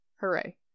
Hooray